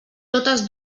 totes